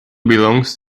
belongs